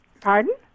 Pardon